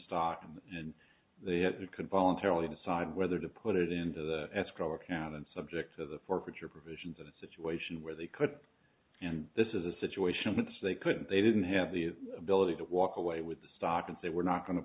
stock and the you could voluntarily decide whether to put it into the escrow account and subject to the forfeiture provisions of a situation where they could and this is a situation which they couldn't they didn't have the ability to walk away with the stock and say we're not going to